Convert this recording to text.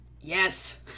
Yes